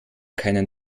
keinen